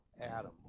adam